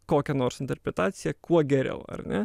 kokią nors interpretaciją kuo geriau ar ne